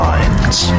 Minds